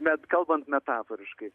met kalbant metaforiškai